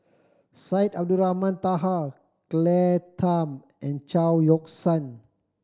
Syed Abdulrahman Taha Claire Tham and Chao Yoke San